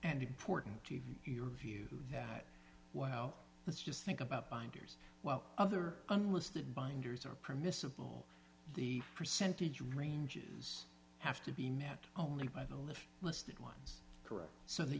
and important to your view that wow let's just think about binders while other unlisted binders are permissible the percentage ranges have to be matched only by the list listed ones correct so that